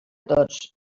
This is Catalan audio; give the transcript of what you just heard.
tots